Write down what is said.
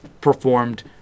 performed